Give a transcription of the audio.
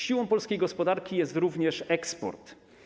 Siłą polskiej gospodarki jest również eksport.